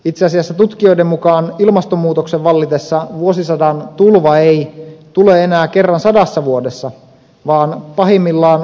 itse asiassa tutkijoiden mukaan ilmastonmuutoksen vallitessa vuosisadan tulva ei tule enää kerran sadassa vuodessa vaan pahimmillaan parinkymmenen vuoden välein